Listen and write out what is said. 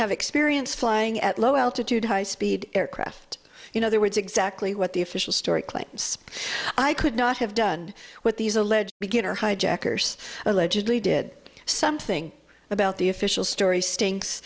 have experience flying at low altitude high speed aircraft you know the words exactly what the official story claims i could not have done with these alleged beginner hijackers allegedly did something about the official story stinks